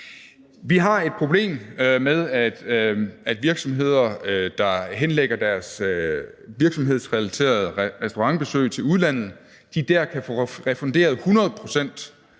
Vi har et problem med, at virksomheder, der henlægger deres virksomhedsrelaterede restaurantbesøg til udlandet, kan få refunderet 100 pct.